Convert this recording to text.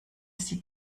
sie